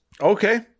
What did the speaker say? Okay